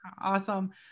Awesome